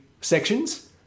sections